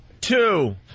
Two